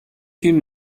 فیلم